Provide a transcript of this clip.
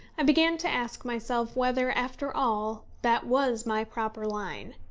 i began to ask myself whether, after all, that was my proper line.